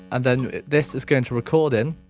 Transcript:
and then this is going to record in